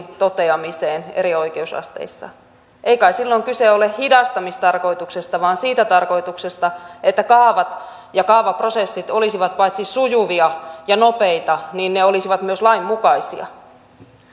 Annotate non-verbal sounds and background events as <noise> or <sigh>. <unintelligible> toteamiseen eri oikeusasteissa ei kai silloin kyse ole hidastamistarkoituksesta vaan siitä tarkoituksesta että kaavat ja kaavaprosessit olisivat paitsi sujuvia ja nopeita myös lainmukaisia